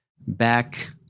Back